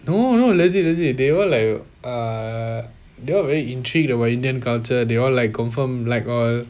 no no legit legit they all like uh they all very intrigued about indian culture they all like confirm like all